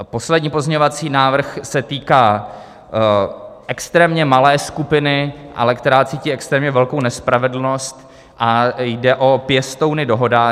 Poslední pozměňovací návrh se týká extrémně malé skupiny, která cítí extrémně velkou nespravedlnost, a jde o pěstouny dohodáře.